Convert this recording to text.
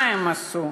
מה הם עשו,